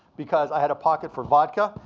because i had a pocket for vodka,